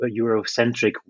Eurocentric